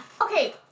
Okay